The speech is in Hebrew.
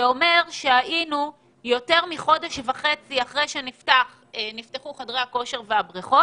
זה אומר שהיינו יותר מחודש וחצי אחרי שנפתחו חדרי הכושר והבריכות,